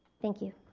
thank you.